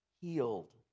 healed